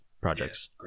projects